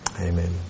Amen